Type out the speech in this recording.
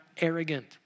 arrogant